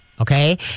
Okay